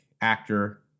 actor